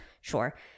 Sure